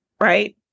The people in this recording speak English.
Right